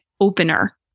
opener